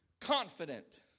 confident